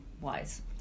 wise